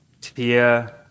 Tia